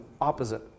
opposite